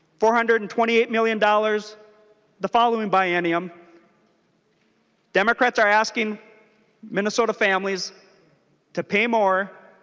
four hundred and twenty eight million dollars the following biennium democrats are asking minnesota families to pay more